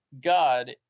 god